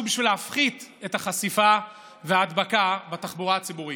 בשביל להפחית את החשיפה וההדבקה בתחבורה הציבורית.